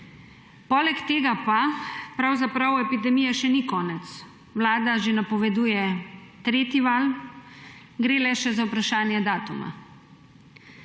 Poleg tega pa pravzaprav epidemije še ni konec, Vlada že napoveduje tretji val, gre le še za vprašanje datuma.